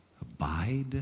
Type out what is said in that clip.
abide